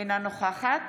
אינה נוכחת